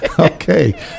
Okay